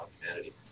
humanity